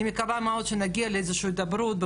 מקווה מאוד שנגיע לאיזה שהיא הידברות,